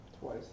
Twice